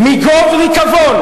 "מגוב ריקבון"